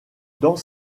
dent